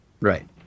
Right